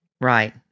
Right